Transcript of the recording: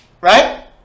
right